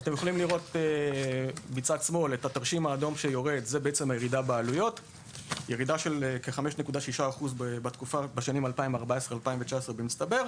בשנים 2019-2014 הייתה ירידה של 5.6% בעלויות במצטבר,